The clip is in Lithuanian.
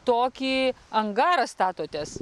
tokį angarą statotės